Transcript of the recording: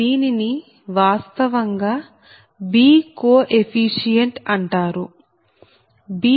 దీనిని వాస్తవంగా B coefficient గుణకం అంటారు